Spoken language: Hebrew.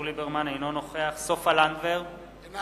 נוכח סופה לנדבר, אינה